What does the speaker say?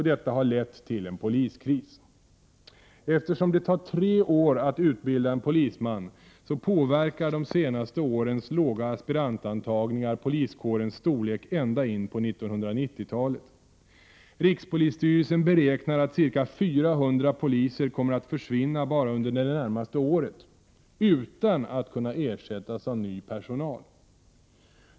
Detta har lett till en poliskris. Eftersom det tar tre år att utbilda en polisman, påverkar de senaste årens låga aspirantantagningar poliskårens storlek ända in på 1990-talet. Rikspolisstyrelsen beräknar att ca 400 poliser kommer att försvinna bara under det närmaste året utan att kunna ersättas av ny personal.